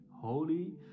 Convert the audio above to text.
holy